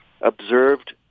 observed